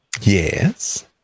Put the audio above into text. Yes